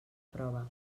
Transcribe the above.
prova